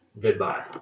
Goodbye